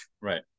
right